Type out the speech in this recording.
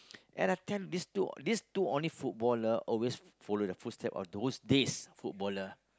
and I've attempt this two this two only footballer obvious follow the full step of the who's this footballer